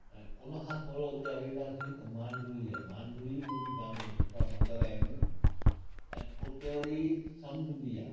ऐं उन खां थोरो अॻियां वेंदासीं त मांडवी आहे मांडवी में बि जाम मुत्ता मंदर आहिनि ऐं उते वरी समंड बि आहे